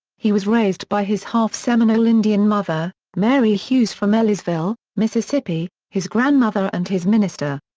he was raised by his half-seminole indian mother, mary hughes from ellisville, mississippi, his grandmother and his minister.